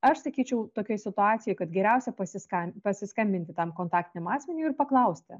aš sakyčiau tokioj situacijoj kad geriausia pasiskan pasiskambinti tam kontaktiniam asmeniui ir paklausti